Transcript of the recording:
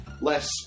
less